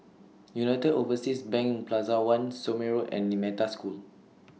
United Overseas Bank Plaza one Somme Road and in Metta School